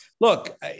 look